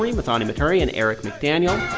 muthoni muturi and eric mcdaniel.